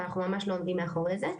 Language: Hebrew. אבל אנחנו ממש לא עומדים מאחורי זה.